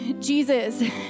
Jesus